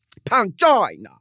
Pangina